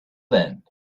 then